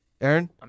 Aaron